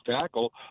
tackle